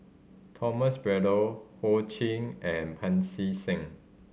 Thomas Braddell Ho Ching and Pancy Seng